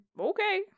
Okay